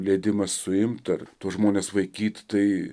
leidimas suimti ar tuos žmones vaikyt tai